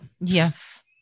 Yes